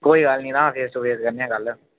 कोई गल्ल नी तां फेस टू फेस करने आं गल्ल